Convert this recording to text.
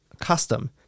custom